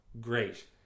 Great